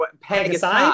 Pegasus